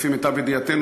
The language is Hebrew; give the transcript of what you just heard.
לפי מיטב ידיעתנו,